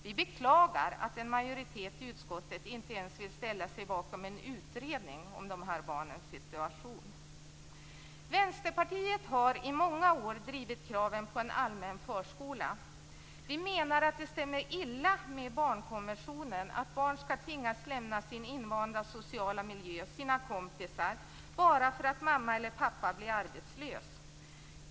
Vi beklagar att en majoritet i utskottet inte ens vill ställa sig bakom en utredning om de här barnens situation. Vänsterpartiet har i många år drivit kraven på en allmän förskola. Vi menar att det stämmer illa med barnkonventionen att barn skall tvingas lämna sin invanda sociala miljö, sina kompisar, bara för att mamma eller pappa blir arbetslös.